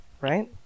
right